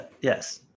Yes